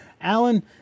Alan